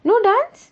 no dance